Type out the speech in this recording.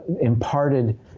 imparted